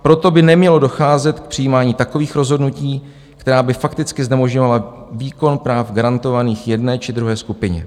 Proto by nemělo docházet k přijímání takových rozhodnutí, která by fakticky znemožňovala výkon práv garantovaných jedné či druhé skupině.